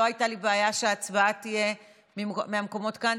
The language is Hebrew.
לא הייתה לי בעיה שההצבעה תהיה מהמקומות כאן.